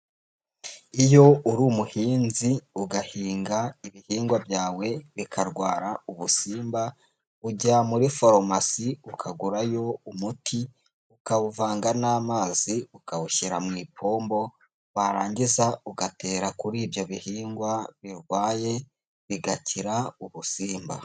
Iyo uri umuhinzi, ugahinga ibihingwa byawe, bikarwara ubusimba , ujya muri farumasi, ukagurayo umuti, ukawuvanga n'amazi, ukawushyira mu ipombo, warangiza ugatera kuri ibyo bihingwa, birwaye, bigakira urusimba.